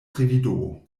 revido